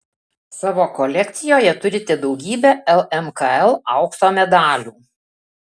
savo kolekcijoje turite daugybę lmkl aukso medalių